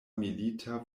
milita